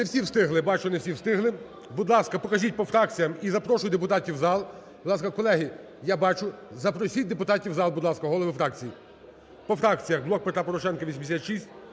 Не всі встигли. Бачу, це всі встигли. Будь ласка, покажіть по фракціях. і запрошую депутатів в зал. Будь ласка, колеги. Я бачу. Запросіть депутатів в зал, будь ласка, голови фракцій. По фракціях. "Блок Петра Порошенка" –